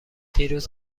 دیروز